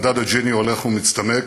מדד ג'יני הולך ומצטמק,